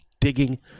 Digging